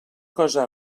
cosa